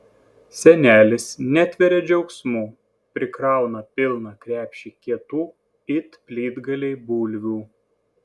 senelis netveria džiaugsmu prikrauna pilną krepšį kietų it plytgaliai bulvių